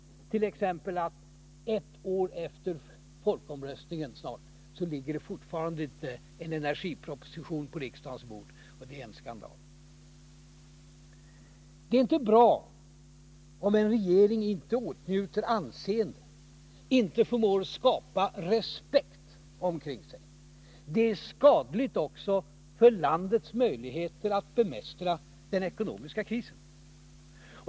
Ett sådant är att det snart ett år efter folkomröstningen i kärnkraftsfrågan ännu inte ligger en energiproposition på riksdagens bord, och det är skandal. Det är inte bra om en regering inte åtnjuter anseende, inte förmår skapa respekt omkring sig. Det är skadligt också för landets möjligheter att bemästra den ekonomiska krisen.